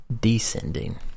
Descending